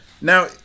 Now